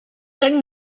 même